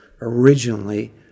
originally